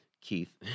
Keith